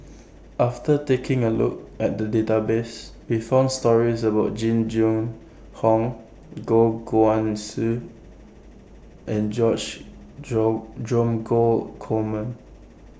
after taking A Look At The Database We found stories about Jing Jun Hong Goh Guan Siew and George Dromgold Coleman